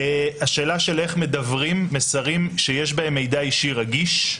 השאלה של איך מדוורים מסרים שיש בהם מידע אישי רגיש.